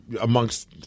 amongst